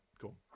cool